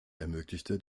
ermöglichte